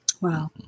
Wow